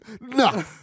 No